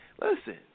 listen